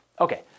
Okay